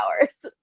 hours